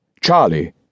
Charlie